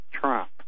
Trump